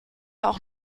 auch